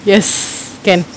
yes can